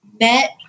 met